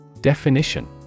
Definition